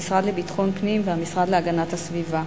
המשרד לביטחון פנים והמשרד להגנת הסביבה.